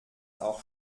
auch